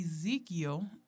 Ezekiel